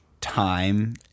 time